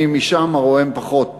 אני משם, רואה פחות טוב.